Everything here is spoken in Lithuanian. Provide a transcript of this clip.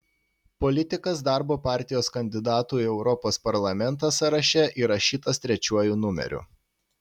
politikas darbo partijos kandidatų į europos parlamentą sąraše įrašytas trečiuoju numeriu